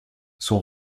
son